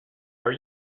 are